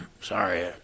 sorry